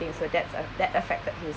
so that's aff~ that affected his